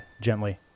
gently